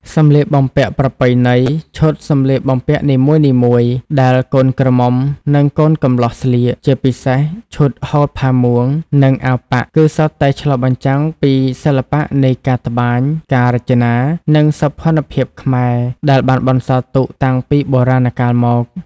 សម្លៀកបំពាក់ប្រពៃណី ឈុតសម្លៀកបំពាក់នីមួយៗដែលកូនក្រមុំនិងកូនកំលោះស្លៀក ជាពិសេសឈុត ហូលផាមួង និង អាវប៉ាក់ គឺសុទ្ធតែឆ្លុះបញ្ចាំងពីសិល្បៈនៃការត្បាញ ការរចនា និងសោភ័ណភាពខ្មែរ ដែលបានបន្សល់ទុកតាំងពីបុរាណកាលមក ។